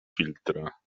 filtra